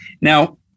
Now